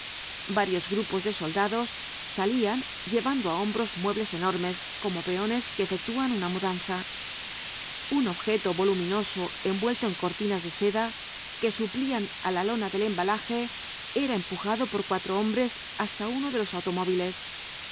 varios grupos de soldados salían llevando á hombros muebles enormes como peones que efectúan una mudanza un objeto voluminoso envuelto en cortinas de seda que suplían á la lona de embalaje era empujado por cuatro hombres hasta uno de los automóviles